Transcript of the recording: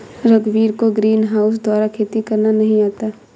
रघुवीर को ग्रीनहाउस द्वारा खेती करना नहीं आता है